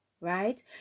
right